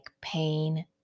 pain